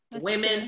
women